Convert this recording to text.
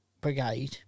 brigade